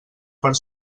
per